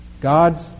God's